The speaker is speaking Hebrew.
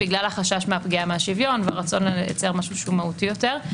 בגלל החשש מהפגיעה בשוויון ורצון לייצר משהו מהותי יותר.